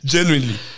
Genuinely